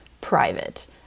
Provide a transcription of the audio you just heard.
private